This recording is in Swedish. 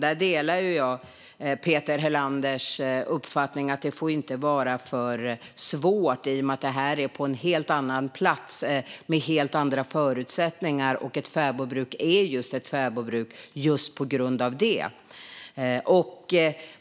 Jag delar Peter Helanders uppfattning att det inte får vara för svårt. En fäbod är en helt annan plats med helt andra förutsättningar, och fäbodbruk är fäbodbruk just på grund av det.